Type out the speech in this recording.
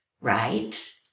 right